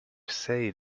say